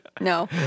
No